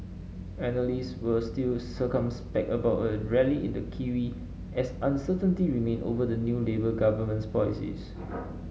analysts were still circumspect about a rally in the kiwi as uncertainty remained over the new Labour government's policies